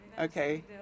okay